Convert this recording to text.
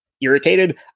irritated